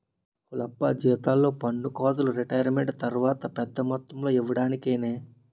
ఓలప్పా జీతాల్లో పన్నుకోతలు రిటైరుమెంటు తర్వాత పెద్ద మొత్తంలో ఇయ్యడానికేనే